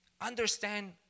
understand